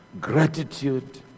Gratitude